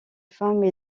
femmes